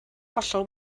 hollol